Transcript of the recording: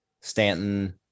stanton